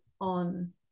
on